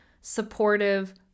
supportive